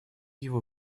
его